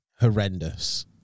horrendous